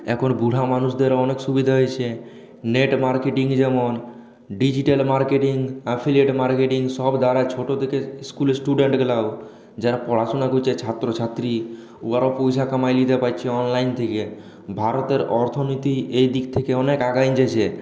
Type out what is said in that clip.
এখন বুড়ো মানুষদের অনেক সুবিধা হয়েছে নেটমার্কেটিং যেমন ডিজিটাল মার্কেটিং এফিলেট মার্কেটিং সব দ্বারা ছোটো থেকে স্কুলে ষ্টুডেন্টগুলোও যারা পড়াশুনা করছে ছাত্র ছাত্রী ওরাও পয়সা কামায়ে নিতে পারছে অনলাইন থেকে ভারতের অর্থনীতি এইদিক থিকে অনেক এগিয়ে গেছে